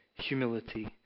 humility